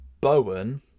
Bowen